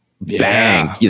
bang